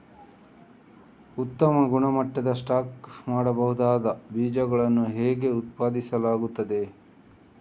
ಉತ್ತಮ ಗುಣಮಟ್ಟದ ಸ್ಟಾಕ್ ಮಾಡಬಹುದಾದ ಬೀಜಗಳನ್ನು ಹೇಗೆ ಉತ್ಪಾದಿಸಲಾಗುತ್ತದೆ